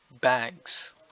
bags